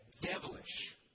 devilish